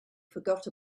forgot